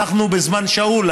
אנחנו בזמן שאול,